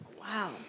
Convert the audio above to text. Wow